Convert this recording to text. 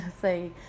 Say